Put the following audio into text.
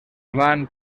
van